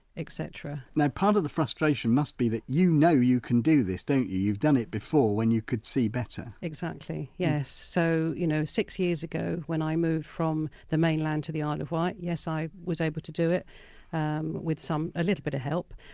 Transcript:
etc now part of the frustration must be that you know you can do this, don't you, you've done it before when you could see better exactly, yes, so you know six six years ago when i moved from the mainland to the ah isle of wight, yes i was able to do it um with some a little bit of help.